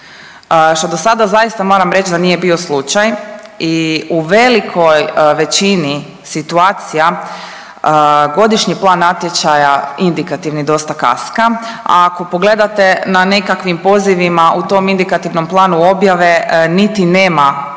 što do sada zaista, moram reći da nije bio slučaj i u velikoj većini situacija godišnji plan natječaja, indikativni dosta kaska, a ako pogledate na nekakvim pozivima u tom indikativnom planu objave niti nema podataka,